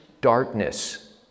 darkness